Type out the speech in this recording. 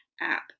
app